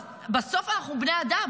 אז בסוף אנחנו בני אדם.